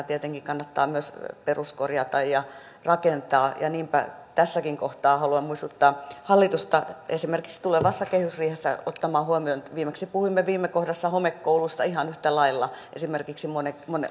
tietenkin kannattaa myös peruskorjata ja rakentaa niinpä tässäkin kohtaa haluan muistuttaa hallitusta esimerkiksi tulevassa kehysriihessä ottamaan huomioon että kun viimeksi puhuimme aiemmassa kohdassa homekouluista ihan yhtä lailla esimerkiksi moni